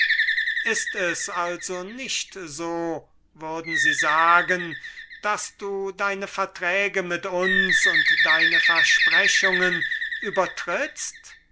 ist es also nicht so würden sie sagen daß du deine verträge mit uns und deine versprechungen übertrittst